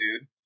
dude